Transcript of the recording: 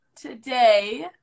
today